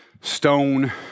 stone